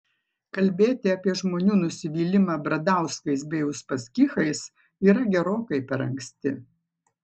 kalbėti apie žmonių nusivylimą bradauskais bei uspaskichais yra gerokai per anksti